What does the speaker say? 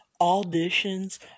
auditions